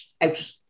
out